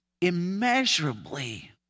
immeasurably